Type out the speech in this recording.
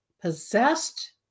possessed